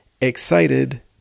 excited